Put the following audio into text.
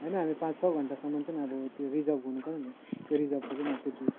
होइन हामी पाँच छ घन्टासम्म चाहिँ अब त्यो रिजर्भ गर्नु पऱ्यो नि त्यो रिजर्भको चाहिँ अबो त्यति हो